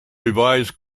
revised